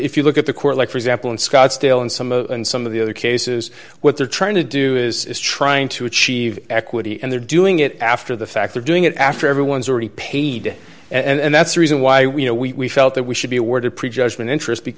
if you look at the court like for example in scottsdale and some of some of the other cases what they're trying to do is trying to achieve equity and they're doing it after the fact they're doing it after everyone's already paid and that's the reason why we you know we felt that we should be awarded prejudgment interest